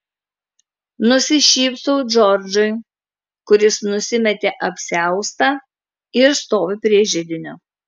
nusišypsau džordžui kuris nusimetė apsiaustą ir stovi prie židinio